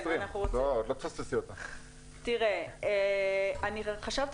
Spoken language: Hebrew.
אני מבינה